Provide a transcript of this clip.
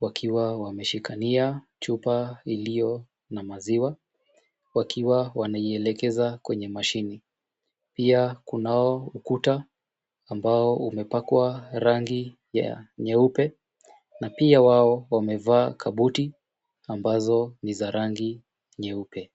wakiwa wameshikania chupa iliyo na maziwa wakiwa wanaielekeza kwenye mashini. Pia kunao ukuta ambao umepakwa rangi ya nyeupe na pia wao wamevaa kabuti ambazo ni za rangi nyeupe.